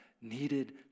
needed